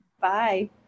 Bye